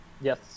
Yes